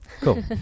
Cool